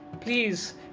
please